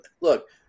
Look